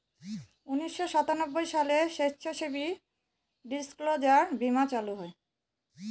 উনিশশো সাতানব্বই সালে স্বেচ্ছাসেবী ডিসক্লোজার বীমা চালু করা হয়